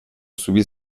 zubi